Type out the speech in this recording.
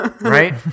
right